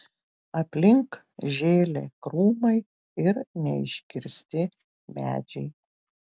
aplink žėlė krūmai ir neiškirsti medžiai